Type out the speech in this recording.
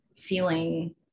feeling